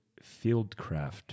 FIELDCRAFT